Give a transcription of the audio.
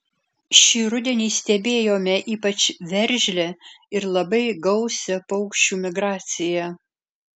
šį rudenį stebėjome ypač veržlią ir labai gausią paukščių migraciją